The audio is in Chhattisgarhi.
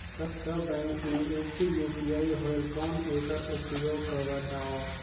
सब बैंक मे एक ही यू.पी.आई होएल कौन एकर उपयोग बताव?